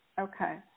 Okay